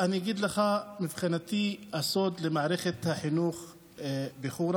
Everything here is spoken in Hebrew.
אני אגיד לך, מבחינתי הסוד של מערכת החינוך בחורה